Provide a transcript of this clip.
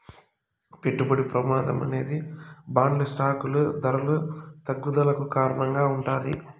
పెట్టుబడి ప్రమాదం అనేది బాండ్లు స్టాకులు ధరల తగ్గుదలకు కారణంగా ఉంటాది